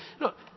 Look